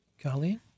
Colleen